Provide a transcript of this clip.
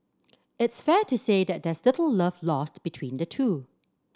it's fair to say that there's little love lost between the two